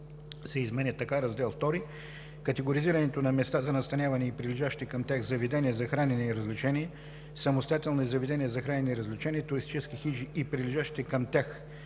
се изменя така: „Раздел II – Категоризиране на места за настаняване и прилежащи към тях заведения за хранене и развлечения, самостоятелни заведения за хранене и развлечения, туристически хижи и прилежащите към тях заведения